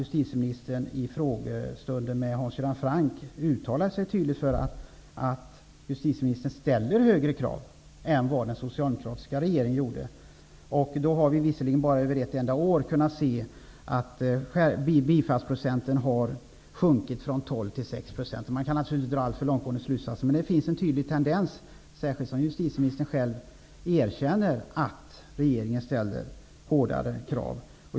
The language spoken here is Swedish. Justitieministern uttalade sig i frågestunden med Hans Göran Franck tydligt för att hon ställer högre krav än vad den socialdemokratiska regeringen gjorde. På bara ett enda år har vi kunnat se att bifallsprocenten har sjunkit från 12 % till 6 %. Man kan naturligtvis inte dra alltför långtgående slutsatser av detta. Det finns dock en tydlig tendens, särskilt som justitieministern själv erkänner att regeringen nu ställer hårdare krav.